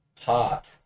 hot